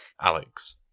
Alex